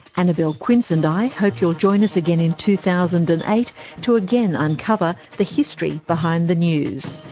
annabelle quince and i hope you'll join us again in two thousand and eight to again uncover the history behind the news.